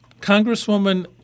Congresswoman